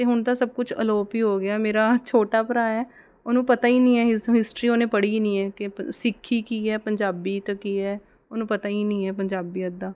ਅਤੇ ਹੁਣ ਤਾਂ ਸਭ ਕੁਛ ਅਲੋਪ ਹੀ ਹੋ ਗਿਆ ਮੇਰਾ ਛੋਟਾ ਭਰਾ ਹੈ ਉਹਨੂੰ ਪਤਾ ਹੀ ਨਹੀਂ ਹੈ ਹਿਸ ਹਿਸਟਰੀ ਉਹਨੇ ਪੜ੍ਹੀ ਹੀ ਨਹੀਂ ਹੈ ਕਿ ਪ ਸਿੱਖੀ ਕੀ ਹੈ ਪੰਜਾਬੀਅਤ ਕੀ ਹੈ ਉਹਨੂੰ ਪਤਾ ਹੀ ਨਹੀਂ ਹੈ ਪੰਜਾਬੀਅਤ ਦਾ